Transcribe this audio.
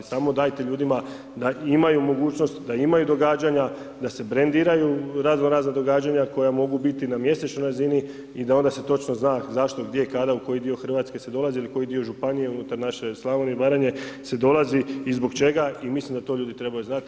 Samo dajte ljudima da imaju mogućnost, da imaju događanja, da se brandiraju razno razna događanja koja mogu biti na mjesečnoj razini i da onda se točno zna zašto, gdje i kada, u koji dio Hrvatske se dolazi ili koji dio županije unutar naše Slavonije i Baranje se dolazi i zbog čega i mislim da to ljudi trebaju znati.